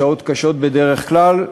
שעות קשות בדרך כלל,